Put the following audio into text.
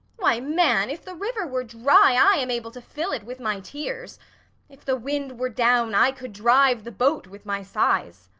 why, man, if the river were dry, i am able to fill it with my tears if the wind were down, i could drive the boat with my sighs.